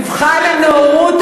אז אני אגיד לך: מבחן הנאורות,